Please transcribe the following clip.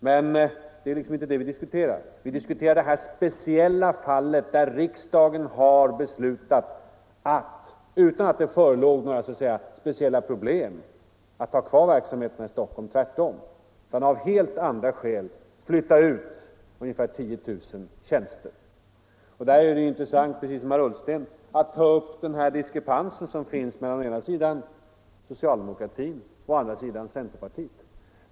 Men det är inte det vi diskuterar, utan vi diskuterar det speciella fallet att riksdagen har beslutat att — utan att det förelegat några så att säga speciella problem när det gällt att ha kvar verksamheterna i Stockholm, utan tvärtom av helt andra skäl — flytta ut ungefär 10 000 tjänster. Det är intressant för mig, precis som för herr Ullsten, att ta upp den diskrepans som finns mellan å ena sidan socialdemokratin och å andra sidan centerpartiet.